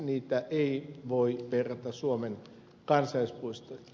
niitä ei voi verrata suomen kansallispuistoihin